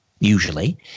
usually